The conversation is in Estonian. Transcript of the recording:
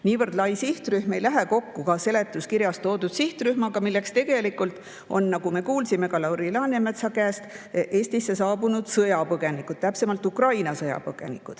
Niivõrd lai sihtrühm ei lähe kokku ka seletuskirjas toodud sihtrühmaga, milleks tegelikult on, nagu me kuulsime ka Lauri Läänemetsa käest, Eestisse saabunud sõjapõgenikud, täpsemalt Ukraina sõjapõgenikud.